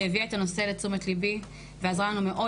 שהביאה את הנושא לתשומת ליבי ועזרה לנו מאוד